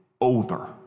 over